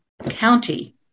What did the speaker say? county